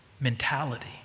mentality